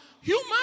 human